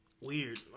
Weird